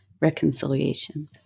reconciliation